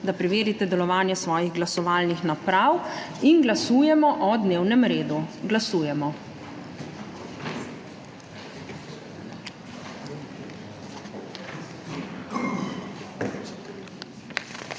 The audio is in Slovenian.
da preverite delovanje svojih glasovalnih naprav. Glasujemo o dnevnem redu. Glasujemo.